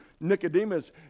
Nicodemus